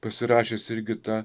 pasirašęs irgi tą